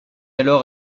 alors